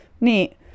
Neat